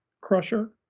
Crusher